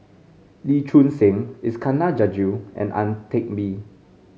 Lee Choon Seng Iskandar Jalil and Ang Teck Bee